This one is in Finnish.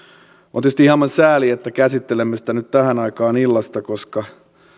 on tietysti hieman sääli että käsittelemme sitä nyt tähän aikaan illasta koska